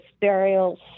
burials